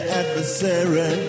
adversary